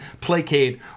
placate